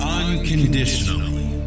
unconditionally